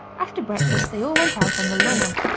after breakfast they all went out on the lawn.